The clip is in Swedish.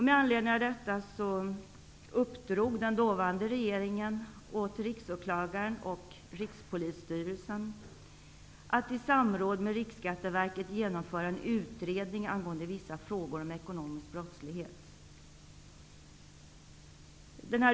Med anledning härav uppdrog den dåvarande regeringen åt Riksåklagaren och Rikspolisstyrelsen att i samråd med Riksskatteverket genomföra en utredning angående vissa frågor när det gäller ekonomisk brottslighet.